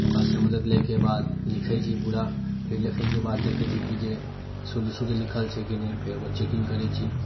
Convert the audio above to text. ओकरा सऽ मदद लै के बाद लिखै छी पुरा फेर लिखै के बाद देखै छी की जे शुद्ध शुद्ध लिखल छै की नहि फेर ओकर चेकिंग करै छी